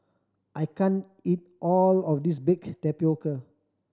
I can't eat all of this baked tapioca